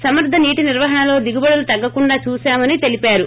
సమర్గ నీటి నిర్వహణలో దిగుటడులు తగ్గకుండా చూసామని తెలిపారు